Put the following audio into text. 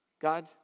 God